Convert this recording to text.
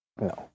No